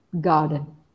garden